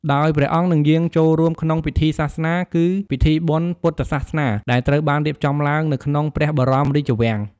ដោយព្រះអង្គនឹង យាងចូលរួម ក្នុង ពិធីសាសនា គឺ ពិធីបុណ្យពុទ្ធសាសនា ដែលត្រូវបានរៀបចំឡើងនៅក្នុង ព្រះបរមរាជវាំង។